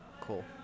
cool